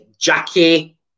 Jackie